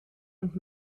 und